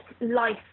life